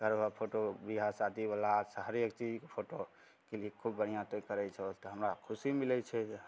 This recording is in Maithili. घरबला फोटो बिआह शादीबला अच्छा हरेक चीजके फोटो क्लिक खुब बढ़िआँ से करै छहो तऽ हमरा खुशी मिलैत छै एगो